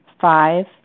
Five